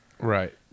Right